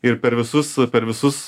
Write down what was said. ir per visus per visus